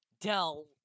Dell